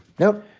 no.